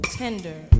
tender